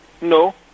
No